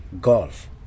golf